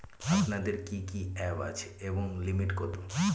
আপনাদের কি কি অ্যাপ আছে এবং লিমিট কত?